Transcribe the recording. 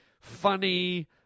funny